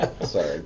Sorry